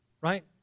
right